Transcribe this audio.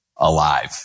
Alive